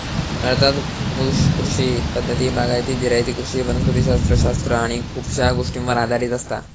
भारतात पुश कृषी पद्धती ही बागायती, जिरायती कृषी वनस्पति शास्त्र शास्त्र आणि खुपशा गोष्टींवर आधारित असता